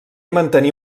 mantenir